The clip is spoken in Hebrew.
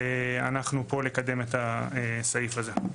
ואנחנו פה לקדם את הסעיף הזה.